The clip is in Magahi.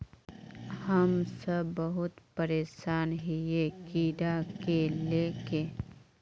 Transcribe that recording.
हम सब बहुत परेशान हिये कीड़ा के ले के?